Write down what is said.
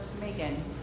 Megan